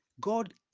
God